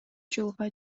жылга